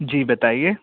जी बताइए